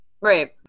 Right